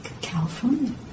California